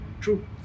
true